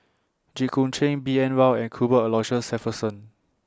Jit Koon Ch'ng B N Rao and Cuthbert Aloysius Shepherdson